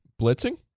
Blitzing